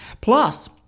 Plus